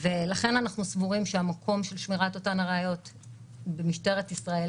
ולכן אנחנו סבורים שהמקום של שמירת אותן הראיות הוא במשטרת ישראל,